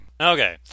Okay